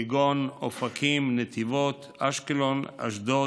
כגון אופקים, נתיבות, אשקלון, אשדוד,